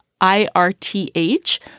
I-R-T-H